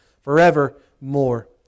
forevermore